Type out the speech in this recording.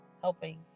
helping